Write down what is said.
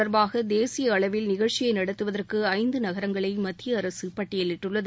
தொடர்பாக தேசிய அளவில் நிகழ்ச்சியை நடத்துவதற்கு ஐந்து நகரங்களை மத்தியஅரசு இது பட்டியலிட்டுள்ளது